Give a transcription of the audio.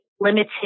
limited